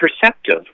perceptive